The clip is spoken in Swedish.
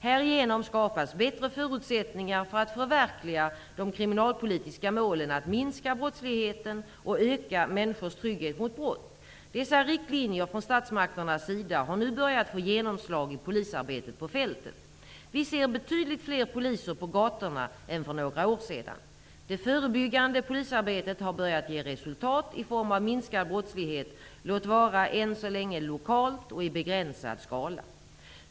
Härigenom skapas bättre förutsättningar för att förverkliga de kriminalpolitiska målen att minska brottsligheten och öka människors trygghet mot brott. Dessa riktlinjer från statsmakternas sida har nu börjat få genomslag i polisarbetet på fältet. Vi ser betydligt fler poliser på gatorna än för några år sedan. Det förebyggande polisarbetet har börjat ge resultat i form av minskad brottslighet, låt vara än så länge lokalt och i begränsad skala.